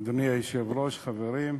אדוני היושב-ראש, חברים,